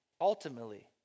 ultimately